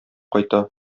кайта